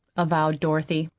avowed dorothy,